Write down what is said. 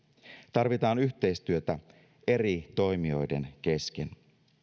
tarvitaan yhteistyötä eri toimijoiden kesken